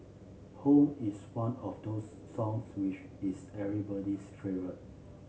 home is one of those songs which is everybody's favourite